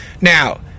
now